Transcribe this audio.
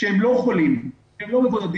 שהם לא חולים ולא מבודדים,